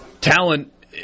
talent